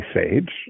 age